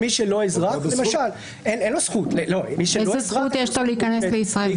מי שלא אזרח, אין לו זכות להיכנס לישראל למשל.